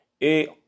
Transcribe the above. et